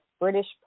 British